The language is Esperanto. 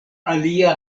alia